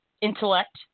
intellect